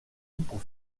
pour